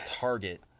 target